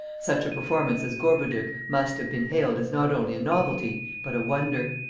such a performance as gorboduc must have been hailed as not only a novelty but a wonder.